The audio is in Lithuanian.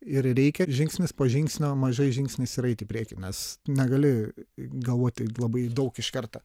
ir reikia žingsnis po žingsnio mažais žingsniais ir eiti į priekį nes negali galvoti labai daug iš karto